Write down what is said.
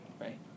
right